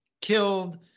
killed